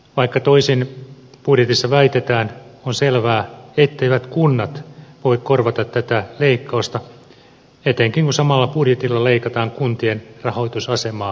vaikka toisin budjetissa väitetään on selvää etteivät kunnat voi korvata tätä leikkausta etenkään kun samalla budjetilla leikataan kuntien rahoitusasemaa vakavalla tavalla